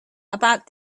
about